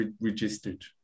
registered